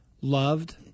loved –